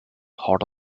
hot